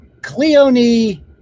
Cleone